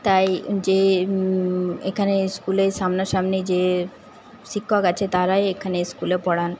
তাই যে এখানে স্কুলে সামনে সামনি যে শিক্ষক আছে তারাই এখানে স্কুলে পড়ান